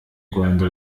rwanda